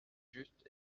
juste